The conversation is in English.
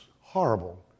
horrible